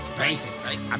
basic